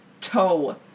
Toe